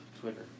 Twitter